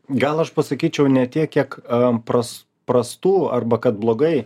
gal aš pasakyčiau ne tiek kiek prastų arba kad blogai